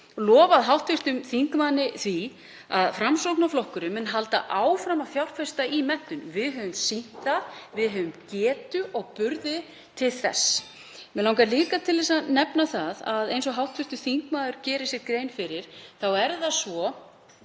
lofað hv. þingmanni því að Framsóknarflokkurinn mun halda áfram að fjárfesta í menntun. Við höfum sýnt að við höfum getu og burði til þess. Mig langar líka til að nefna það að eins og hv. þingmaður gerir sér grein fyrir munum við taka